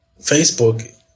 Facebook